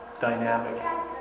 dynamic